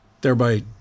thereby